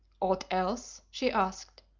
aught else? she asked.